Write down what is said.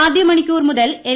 ആദ്യ മണിക്കൂർ മുതൽ എൽ